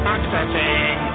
Accessing